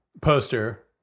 poster